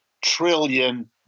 trillion